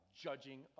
judging